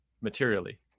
materially